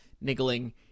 niggling